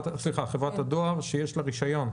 סליחה, חברת הדואר שיש לה רישיון.